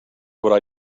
what